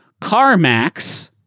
CarMax